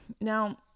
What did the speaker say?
Now